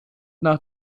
nach